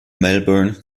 melbourne